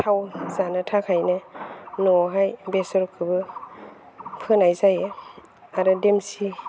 थाव जानो थाखायनो न'आवहाय बेसरखोबो फोनाय जायो आरो देमसि